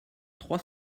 trois